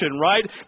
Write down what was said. right